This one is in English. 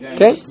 Okay